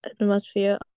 atmosphere